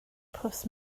pws